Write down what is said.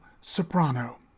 soprano